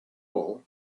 all